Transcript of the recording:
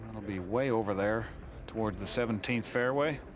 on the way over there towards the seventeenth fairway,